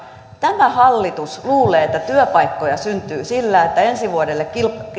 tämä hallitus luulee että työpaikkoja syntyy sillä että ensi vuodelle